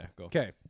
Okay